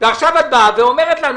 את באה ואומרת לי.